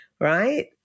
right